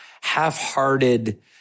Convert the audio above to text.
half-hearted